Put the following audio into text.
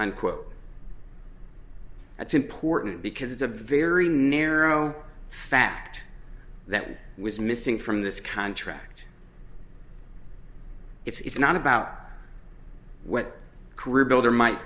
unquote that's important because it's a very narrow fact that was missing from this contract it's not about what career builder might